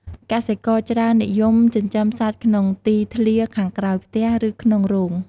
កសិករច្រើននិយមចិញ្ចឹមសត្វក្នុងទីធ្លាខាងក្រោយផ្ទះ ឬក្នុងរោង។